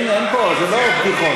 אין פה בדיחות.